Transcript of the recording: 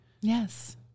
Yes